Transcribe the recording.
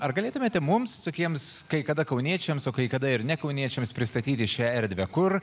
ar galėtumėte mums tokiems kai kada kauniečiams o kai kada ir ne kauniečiams pristatyti šią erdvę kur